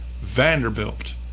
Vanderbilt